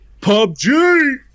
PUBG